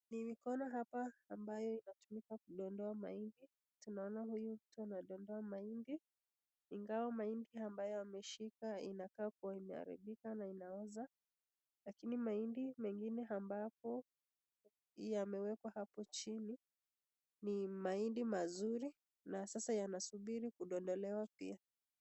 Ni mikono hapa ambayo inatumika kudondoa mahindi, tunaona huyu mtu anadondoa mahindi ingawa mahindi ambayo ameshika inakaa kuwa imeharibika na inaoza, lakini mahindi mengine ambapo yamewekwa hapo chini ni mahindi mazuri na sasa yanasubiri kudondolewa pia.